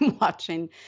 watching